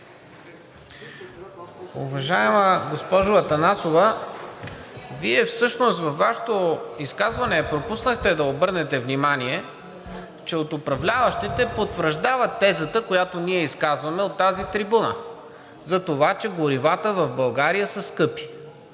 Уважаема госпожо Атанасова, Вие всъщност във Вашето изказване пропуснахте да обърнете внимание, че от управляващите потвърждават тезата, която ние изказваме от тази трибуна за това, че горивата в България са скъпи,